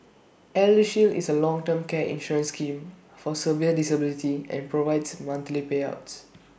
eldershield is A long term care insurance scheme for severe disability and provides monthly payouts